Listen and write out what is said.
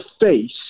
face